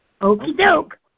Okey-doke